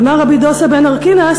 אמר רבי דוסא בן הרכינס,